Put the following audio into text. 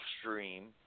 Stream